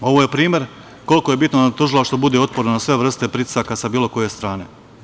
Ovo je primer koliko je bitno da nam Tužilaštvo bude otporno na sve vrste pritisaka na bilo koje strane.